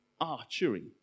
archery